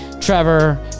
Trevor